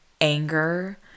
anger